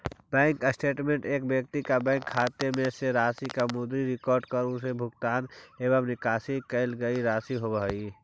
bank statement एक व्यक्ति के बैंक खाते में शेष राशि के मुद्रित रिकॉर्ड और उमें भुगतान एवं निकाशी कईल गई राशि होव हइ